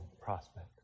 prospect